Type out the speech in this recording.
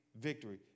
victory